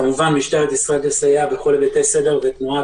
כמובן משטרת ישראל תסייע בכל היבטי הסדר והתנועה,